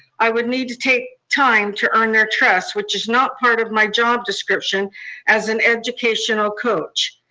i would need to take time to earn their trust, which is not part of my job description as an educational coach.